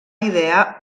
idear